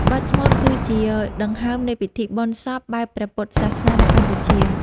បទស្មូតគឺជាដង្ហើមនៃពិធីបុណ្យសពបែបព្រះពុទ្ធសាសនានៅកម្ពុជា។